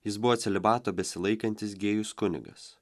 jis buvo celibato besilaikantis gėjus kunigas